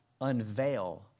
unveil